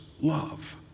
love